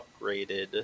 upgraded